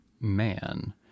man